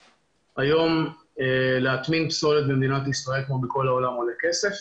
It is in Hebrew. היום להטמין פסולת במדינת ישראל כמו בכל העולם עולה כסף,